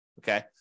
okay